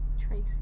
Tracy